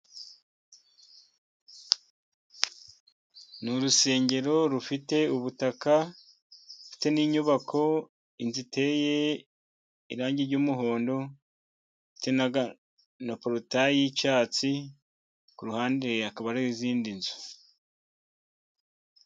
Ni urusengero rufite ubutaka, rufite n'inyubako, inzu iteye irangi ry'umuhondo. Ifite na porutayi y'icyatsi, ku ruhande hakaba hari n'izindi nzu.